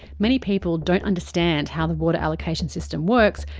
many people don't understand how the water allocation system works,